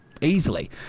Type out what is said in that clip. easily